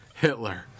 Hitler